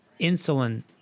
insulin